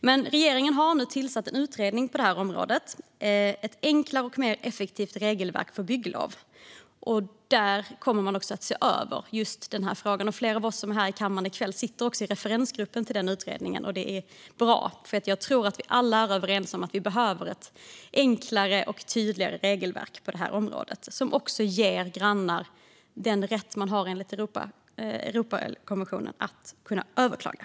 Men regeringen har tillsatt en utredning om ett enklare och mer effektivt regelverk för bygglov, och där kommer man att se över just den här frågan. Flera av oss som är här i kammaren i kväll sitter i referensgruppen för den utredningen. Det är bra, för jag tror att vi alla är överens om att vi behöver ett enklare och tydligare regelverk på detta område, som också ger grannar den rätt att överklaga som man har enligt Europakonventionen.